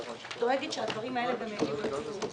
היא דואגת שהדברים האלה גם יגיעו לציבור.